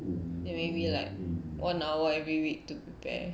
ya maybe like one hour every week to prepare